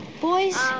Boys